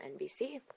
NBC